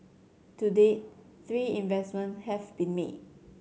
to date three investments have been made